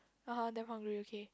(aha) damn hungry okay